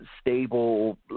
Stable